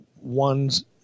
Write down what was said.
ones